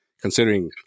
considering